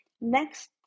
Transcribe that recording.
next